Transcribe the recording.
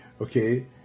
Okay